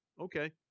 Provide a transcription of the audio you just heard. okay